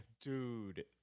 dude